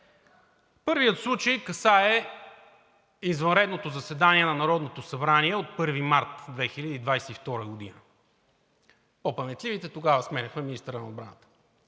Първият случай касае извънредното заседание на Народното събрание от 1 март 2022 г. По-паметливите – тогава сменяхме министъра на отбраната.